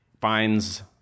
finds